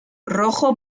rojo